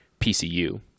PCU